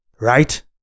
right